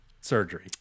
surgery